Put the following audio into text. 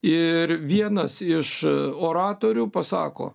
ir vienas iš oratorių pasako